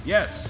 Yes